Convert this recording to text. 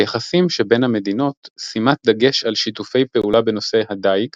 ביחסים שבין המדינות שימת דגש על שיתופי פעולה בנושא הדיג,